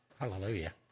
Hallelujah